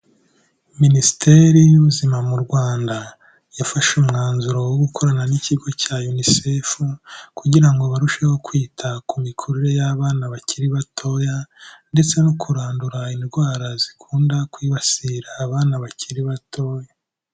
Minisiteri y'ubuzima mu Rwanda yafashe umwanzuro wo gukorana n'ikigo cya UNICEF kugira ngo barusheho kwita ku mikurire y'abana bakiri batoya, ndetse no kurandura indwara zikunda kwibasira abana bakiri batoya.